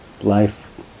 life